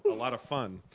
lot of fun.